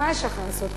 מה יש לך לעשות?